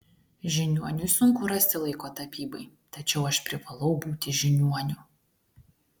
žiniuoniui sunku rasti laiko tapybai tačiau aš privalau būti žiniuoniu